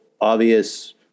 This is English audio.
obvious